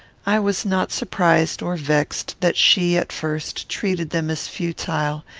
i was not surprised or vexed that she, at first, treated them as futile,